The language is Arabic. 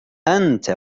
أنت